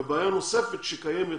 בעיה נוספת שקיימת